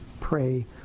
pray